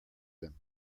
them